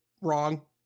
wrong